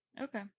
Okay